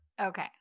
Okay